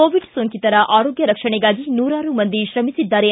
Covid ಸೋಂಕಿತರ ಆರೋಗ್ಯ ರಕ್ಷಣೆಗಾಗಿ ನೂರಾರು ಮಂದಿ ಶ್ರಮಿಸಿದ್ದಾರೆ